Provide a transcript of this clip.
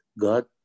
God